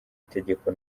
itegeko